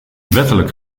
wettelijk